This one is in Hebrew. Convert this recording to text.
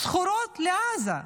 סחורות לעזה.